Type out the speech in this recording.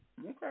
Okay